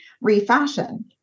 refashion